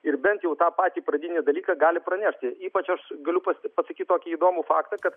ir bent jau tą patį pradinį dalyką gali pranešti ypač aš galiu pas pasakyt kokį įdomų faktą kad